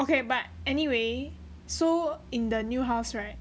okay but anyway so in the new house right